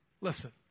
Listen